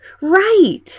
Right